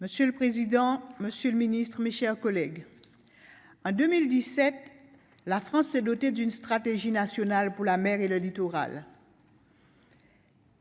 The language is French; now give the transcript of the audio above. Monsieur le président, Monsieur le Ministre, mes chers collègues, en 2017, la France s'est dotée d'une stratégie nationale pour la mer et le littoral.